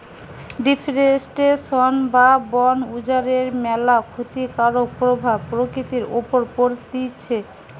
deforestation বা বন উজাড়ের ম্যালা ক্ষতিকারক প্রভাব প্রকৃতির উপর পড়তিছে